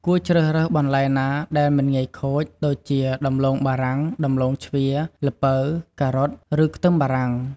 គួរជ្រើសរើសបន្លែណាដែល មិនងាយខូច ដូចជា ដំឡូងបារាំង ដំឡូងជ្វា ល្ពៅ ការ៉ុត ឬខ្ទឹមបារាំង។